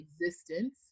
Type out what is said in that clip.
existence